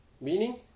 meaning